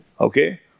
Okay